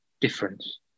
difference